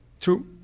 true